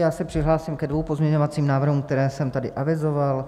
Já se přihlásím ke dvěma pozměňovacím návrhům, které jsem tady avizoval.